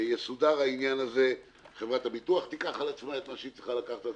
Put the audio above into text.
יסודר העניין הזה: חברת הביטוח תיקח על עצמה את מה שהיא צריכה לקחת.